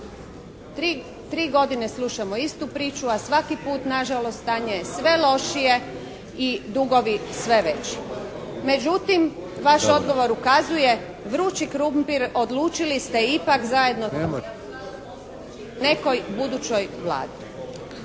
tri godine slušamo istu priču a svaki put nažalost stanje je sve lošije i dugovi sve veći. Međutim vaš odgovor ukazuje vrući krumpir odlučili ste ipak zajedno … /Govornica